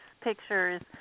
pictures